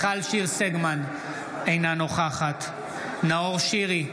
אינה נוכחת נאור שירי,